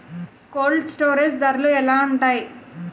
Cold storage ధరలు ఎలా ఉంటాయి?